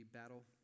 battle